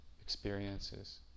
experiences